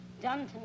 Dunton